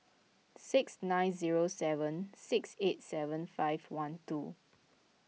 six nine zero seven six eight seven five one two